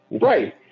Right